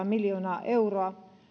miljoonaa euroa